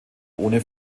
ohne